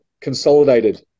consolidated